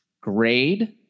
grade